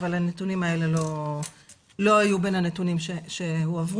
אבל הנתונים האלה לא היו בין הנתונים שהועברו.